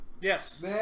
Yes